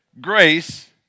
grace